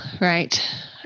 right